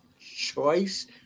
choice